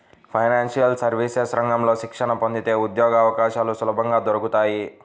financial services రంగంలో శిక్షణ పొందితే ఉద్యోగవకాశాలు సులభంగా దొరుకుతాయి